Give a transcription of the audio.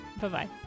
bye-bye